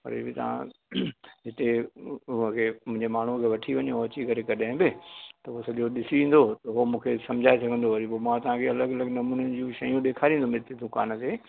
वरी बि तव्हां हिते वगे मुंहिंजे माण्हूअ खे वठी वञो उहो अची करे कॾेहि बि त उहो सॼो ॾिसी ईंदो त उहो मूंखे सम्झाए सघंदो वरी पोइ मां तव्हां खे अलॻि अलॻि नमूननि जी शयूं ॾेखारींदो हिते दुकान ते